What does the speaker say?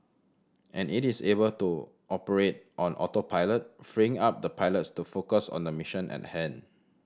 and it is able to operate on autopilot freeing up the pilots to focus on the mission and hand